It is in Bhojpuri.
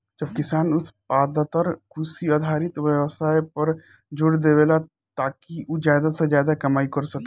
अब किसान ज्यादातर कृषि आधारित व्यवसाय पर जोर देवेले, ताकि उ ज्यादा से ज्यादा कमाई कर सके